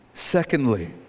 Secondly